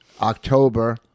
October